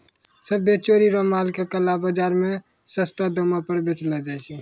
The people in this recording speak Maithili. सभ्भे चोरी रो माल के काला बाजार मे सस्तो दामो पर बेचलो जाय छै